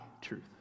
truth